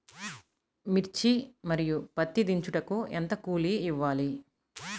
మిర్చి మరియు పత్తి దించుటకు ఎంత కూలి ఇవ్వాలి?